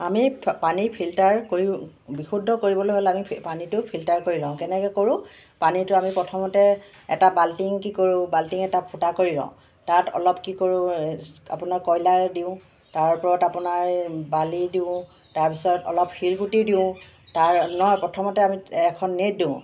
আমি পানী ফিল্টাৰ কৰিও বিশুদ্ধ কৰিবলৈ হ'লে আমি পানীটো ফিল্টাৰ কৰি লওঁ কেনেকৈ কৰোঁ পানীটো আমি প্ৰথমতে এটা বাল্টিং কি কৰোঁ বাল্টিং এটা ফুটা কৰি লওঁ তাত অলপ কি কৰোঁ আপোনাৰ কয়লা দিওঁ তাৰ ওপৰত আপোনাৰ বালি দিওঁ তাৰপিছত অলপ শিলগুটি দিওঁ তাৰ নহয় প্ৰথমতে আমি এখন নেট দিওঁ